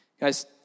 Guys